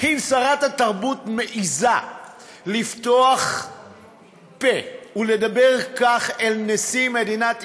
אם שרת התרבות מעיזה לפתוח פה ולדבר כך אל נשיא מדינת ישראל,